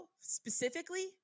specifically